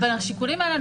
בין השיקולים האלה,